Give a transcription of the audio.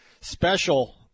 special